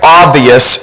obvious